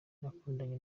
nakundanye